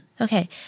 Okay